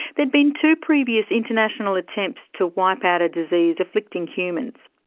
there had been two previous international attempts to wipe out a disease afflicting humans.